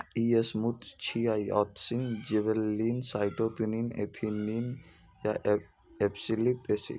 ई समूह छियै, auxin, gibberellin, cytokinin, ethylene आ एब्सिसिक एसिड